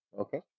Okay